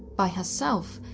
by herself,